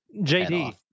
JD